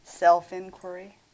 Self-inquiry